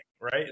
right